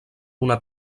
una